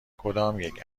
کدامیک